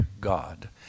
God